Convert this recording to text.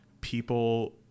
people